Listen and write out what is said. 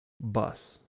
bus